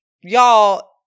y'all